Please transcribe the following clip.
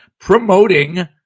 promoting